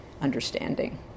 understanding